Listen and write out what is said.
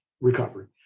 recovery